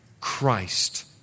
Christ